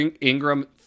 Ingram